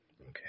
Okay